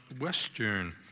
western